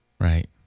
Right